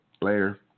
Later